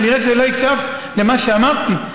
כי כנראה שלא הקשבת למה שאמרתי.